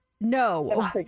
no